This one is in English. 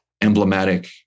emblematic